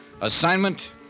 Assignment